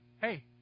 hey